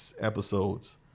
episodes